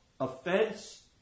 offense